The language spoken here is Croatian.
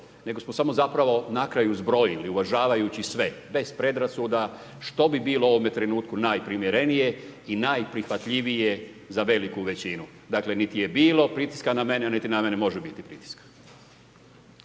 nego smo samo zapravo na kraju zbrojili uvažavajući sve bez predrasuda što bi bilo u ovome trenutku najprimjerenije i najprihvatljivije za veliku većinu. Dakle, niti je bilo pritiska na mene, niti na mene može biti pritiska.